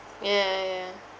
ya ya ya ya